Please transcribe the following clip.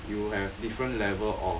you have different level of